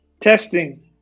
Testing